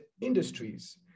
industries